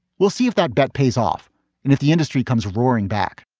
we'll see if that bet pays off. and if the industry comes roaring back